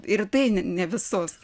ir tai ne ne visus